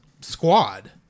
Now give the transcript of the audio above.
squad